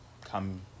come